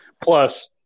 plus